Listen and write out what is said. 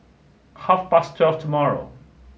half past twelve tomorrow